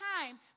time